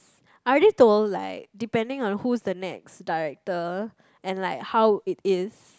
I already told like depending on who is the next director and like how it is